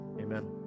amen